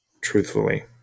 truthfully